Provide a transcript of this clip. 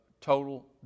total